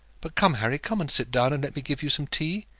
but come, harry come and sit down, and let me get you some tea.